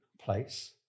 place